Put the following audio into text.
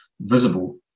visible